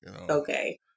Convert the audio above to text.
Okay